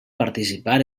participar